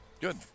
Good